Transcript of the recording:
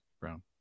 Brown